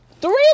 three